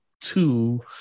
two